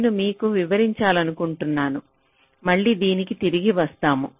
నేను మీకు వివరించాలనుకుంటున్నాను మళ్ళీ దీనికి తిరిగి వస్తాము